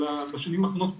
אבל בשנים האחרונות,